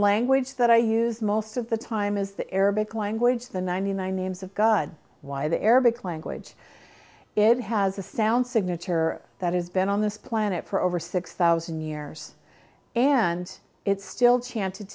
language that i use most of the time is the arabic language the ninety nine names of god why the arabic language it has a sound signature that has been on this planet for over six thousand years and it's still chanted